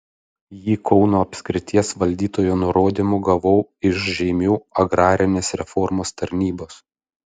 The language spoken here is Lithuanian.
jį kauno apskrities valdytojo nurodymu gavau iš žeimių agrarinės reformos tarnybos